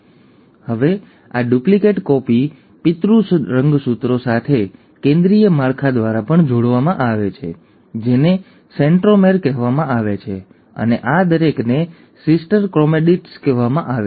તેથી હવે આ ડુપ્લિકેટ કોપી પિતૃ રંગસૂત્રો સાથે કેન્દ્રીય માળખા દ્વારા પણ જોડવામાં આવે છે જેને સેન્ટ્રોમેર કહેવામાં આવે છે અને આ દરેકને સિસ્ટર ક્રોમેટિડ્સ કહેવામાં આવે છે